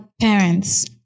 parents